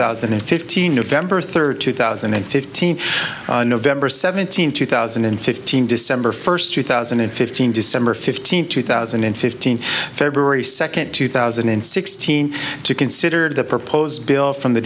thousand and fifteen november third two thousand and fifteen november seventeenth two thousand and fifteen december first two thousand and fifteen december fifteenth two thousand and fifteen february second two thousand and sixteen to consider the proposed bill from the